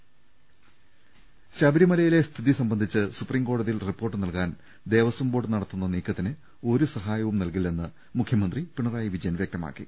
്്്്്്്്് ശബരിമലയിലെ സ്ഥിതി സംബന്ധിച്ച് സുപ്രീം കോടതിയിൽ റിപ്പോർട്ട് നൽകാൻ ദേവസ്വം ബോർഡ് നടത്തുന്ന നീക്കത്തിന് ഒരു സഹായവും നൽകി ല്ലെന്ന് മുഖ്യമന്ത്രി പിണറായി വിജയൻ വ്യക്തമാക്കി